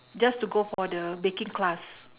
just to go for the baking class